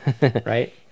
Right